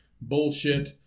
bullshit